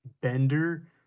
Bender